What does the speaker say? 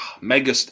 Mega